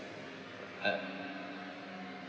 uh